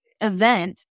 event